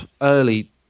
early